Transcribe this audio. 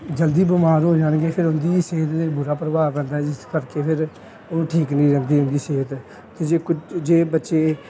ਜਲਦੀ ਬਿਮਾਰ ਹੋ ਜਾਣਗੇ ਫਿਰ ਉਸਦੀ ਸਿਹਤ 'ਤੇ ਬੁਰਾ ਪ੍ਰਭਾਵ ਪੈਂਦਾ ਹੈ ਜਿਸ ਕਰਕੇ ਫਿਰ ਉਹ ਠੀਕ ਨਹੀਂ ਰਹਿੰਦੇ ਉਨ੍ਹਾਂ ਦੀ ਸਿਹਤ ਅਤੇ ਜੇ ਕੁ ਜੇ ਬੱਚੇ